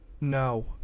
No